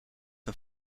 een